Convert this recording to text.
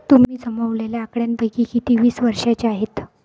तुम्ही जमवलेल्या आकड्यांपैकी किती वीस वर्षांचे आहेत?